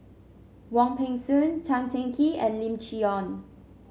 Wong Peng Soon Tan Teng Kee and Lim Chee Onn